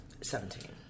Seventeen